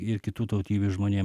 ir kitų tautybių žmonėm